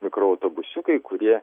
mikroautobusiukai kurie